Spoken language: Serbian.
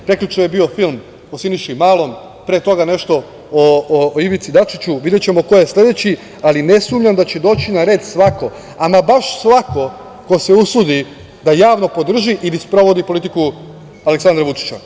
Prekjuče je bio film o Siniši Malom, pre toga nešto o Ivici Dačiću, videćemo ko je sledeći, ali ne sumnjam da će doći na red svako, ama baš svako ko se usudi da javno podrži ili sprovodi politiku Aleksandra Vučića.